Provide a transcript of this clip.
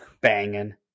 Banging